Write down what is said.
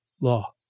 law